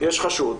יש חשוד.